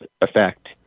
effect